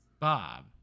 Bob